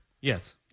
Yes